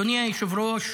אדוני היושב-ראש,